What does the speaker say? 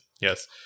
yes